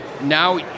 now